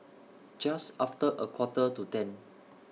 Just after A Quarter to ten